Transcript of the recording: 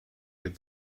had